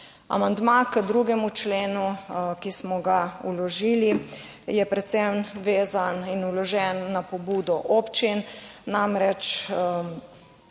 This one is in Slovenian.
Amandma k 2. členu, ki smo ga vložili je predvsem vezan in vložen na pobudo občin. Namreč,